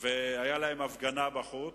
ושהם הפגינו בחוץ.